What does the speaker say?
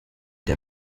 der